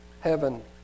heaven